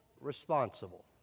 responsible